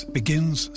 begins